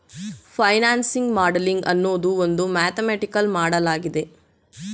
financing modelling ಅನ್ನೋದು ಒಂದು mathematical ಮಾಡಲಾಗಿದೆ